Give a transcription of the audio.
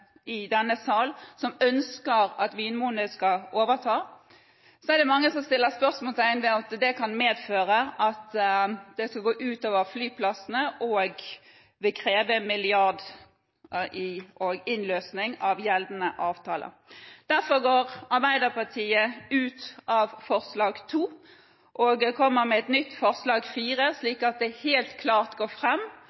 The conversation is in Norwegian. i denne sal ønsker at Vinmonopolet skal overta, er det mange som stiller spørsmål om det kan medføre at det går ut over flyplassene, og vil kreve 1 mrd. kr i innløsning av gjeldende avtaler. Derfor går Arbeiderpartiet ut av forslag nr. 2 og kommer med et nytt forslag